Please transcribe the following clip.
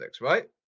right